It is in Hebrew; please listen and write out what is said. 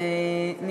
תודה רבה,